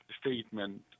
statement